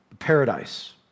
Paradise